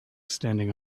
standing